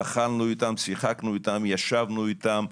אכלנו איתם, שיחקנו איתם, ישבנו איתם.